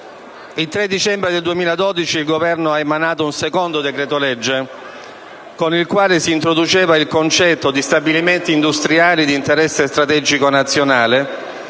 Il 3 dicembre 2012, il Governo ha emanato un secondo decreto-legge, con il quale si introduceva il concetto di stabilimenti industriali di interesse strategico nazionale,